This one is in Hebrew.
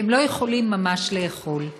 והם לא יכולים ממש לאכול.